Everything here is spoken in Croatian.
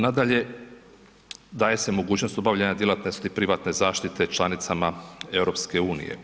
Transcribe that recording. Nadalje, daje se mogućnost obavljanja djelatnosti privatne zaštite članicama EU.